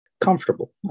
comfortable